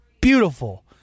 beautiful